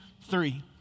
three